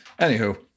Anywho